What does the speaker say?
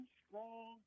strong